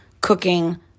cooking